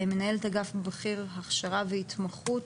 מנהלת אגף בכיר הכשרה והתמחות,